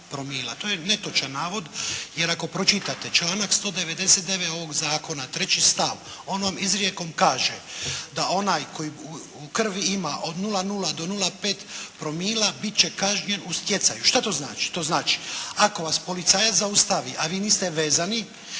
To je netočan navod, jer ako pročitate članak 199. ovog zakona treći stav on vam izrijekom kaže da onaj tko u krvi ima od 0,0 do 0,5 promila bit će kažnjen u stjecaju. Što to znači? To znači ako vas policajac zaustavi, a vi niste vezani